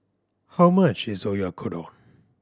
how much is Oyakodon